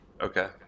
Okay